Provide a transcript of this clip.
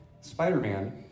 Spider-Man